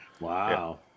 Wow